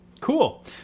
Cool